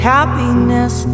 Happiness